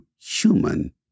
human